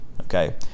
okay